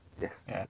Yes